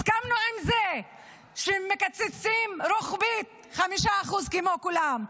הסכמנו עם זה שמקצצים רוחבית 5% כמו כולם.